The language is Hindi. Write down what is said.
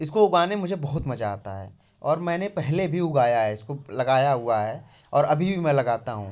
इसको उगाने में मुझे बहुत मजा आता है और मैंने पहले भी उगाया है इसको लगाया हुआ है और अभी भी मैं लगाता हूँ